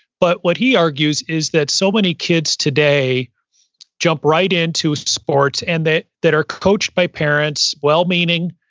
but what he argues is that so many kids today jump right into sports and that that are coached by parents, well-meaning,